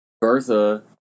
bertha